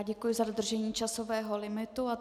Děkuji za dodržení časového limitu.